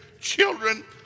children